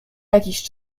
jakiś